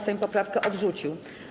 Sejm poprawkę odrzucił.